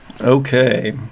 Okay